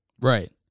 Right